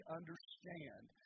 understand